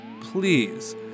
please